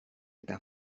eta